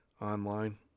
online